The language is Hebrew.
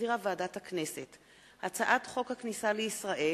שהחזירה ועדת הכנסת, הצעת חוק הכניסה לישראל